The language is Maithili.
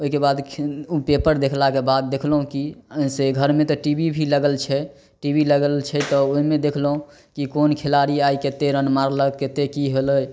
ओहिके बाद ओ पेपर देखलाके बाद देखलहुॅं कि से घरमे तऽ टी वी भी लगल छै टी वी लागल छै तऽ ओहिमे देखलहुॅं कि कोन खिलाड़ी आइ कते रन मारलक कते कि हेलै